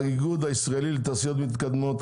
האיגוד הישראלי לתעשיות מתקדמות,